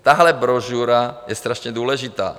Tahle brožura je strašně důležitá.